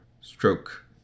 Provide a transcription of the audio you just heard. Stroke